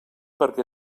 perquè